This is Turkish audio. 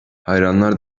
hayranlar